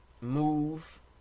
move